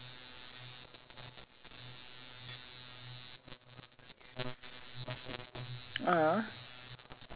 ah this one no from one seat to that another table right it's quite spacious for you especially if let's say you have small children eh